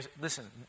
Listen